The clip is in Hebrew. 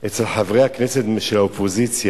אצל חברי הכנסת מהאופוזיציה,